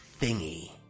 thingy